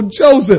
Joseph